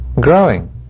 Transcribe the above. growing